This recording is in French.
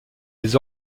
des